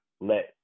let